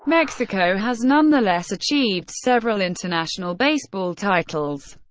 mexico has nonetheless achieved several international baseball titles.